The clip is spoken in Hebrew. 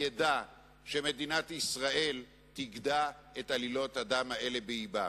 ידע שמדינת ישראל תגדע את עלילות הדם האלה באין.